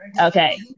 Okay